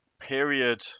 period